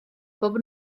bob